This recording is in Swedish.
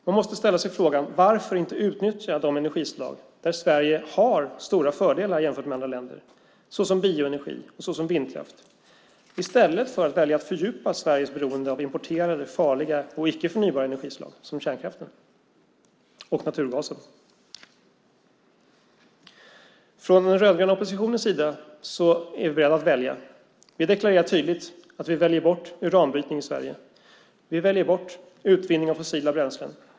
Vi måste ställa oss frågan varför man inte utnyttjar de energislag där Sverige har stora fördelar jämfört med andra länder, såsom bioenergi och såsom vindkraft, i stället för att välja att fördjupa Sveriges beroende av importerade farliga och icke-förnybara energislag, som kärnkraften och naturgasen. Från den rödgröna oppositionens sida är vi beredda att välja. Vi deklarerar tydligt att vi väljer bort uranbrytning i Sverige. Vi väljer bort utvinning av fossila bränslen.